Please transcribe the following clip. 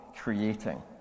creating